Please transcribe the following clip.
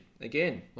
Again